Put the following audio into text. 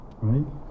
right